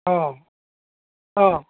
অঁ অঁ